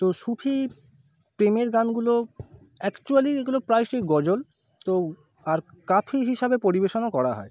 তো সুফি প্রেমের গানগুলো অ্যাকচ্যুয়ালি এগুলো প্রায়শই গজল তো আর কাফি হিসাবে পরিবেশনও করা হয়